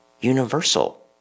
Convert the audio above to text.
universal